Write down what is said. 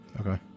okay